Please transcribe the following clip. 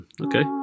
okay